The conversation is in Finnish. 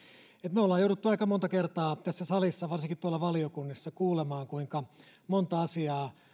me olemme joutuneet aika monta kertaa tässä salissa varsinkin tuolla valiokunnissa kuulemaan kuinka monta asiaa